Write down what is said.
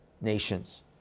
nations